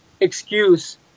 excuse